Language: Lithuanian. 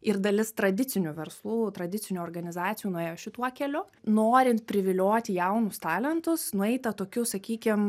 ir dalis tradicinių verslų tradicinių organizacijų nuėjo šituo keliu norint privilioti jaunus talentus nueita tokiu sakykim